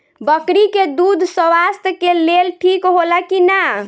बकरी के दूध स्वास्थ्य के लेल ठीक होला कि ना?